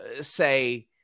say